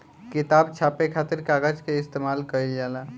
किताब छापे खातिर कागज के इस्तेमाल कईल जाला